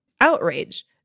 outrage